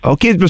Okay